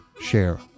share